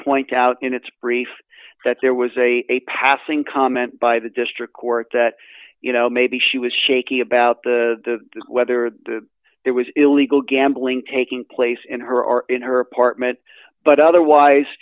point out in its brief that there was a passing comment by the district court that you know maybe she was shaky about the whether there was illegal gambling taking place in her or in her apartment but otherwise